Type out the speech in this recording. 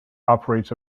operates